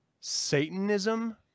Satanism